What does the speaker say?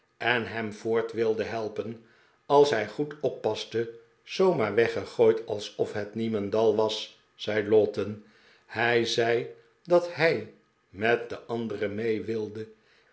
en hem voort wilde help en als hij goed oppaste zoo maar weggegooid alsof het niemendal was zei lowten hij zei dat hij met den andere mee wilde